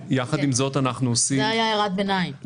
זו הייתה הערת ביניים.